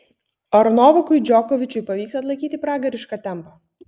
ar novakui džokovičiui pavyks atlaikyti pragarišką tempą